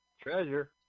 Treasure